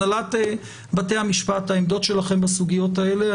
הנהלת בתי המשפט, מה העמדות שלכם בסוגיות האלה?